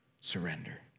surrender